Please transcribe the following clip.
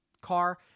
car